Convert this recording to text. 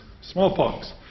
smallpox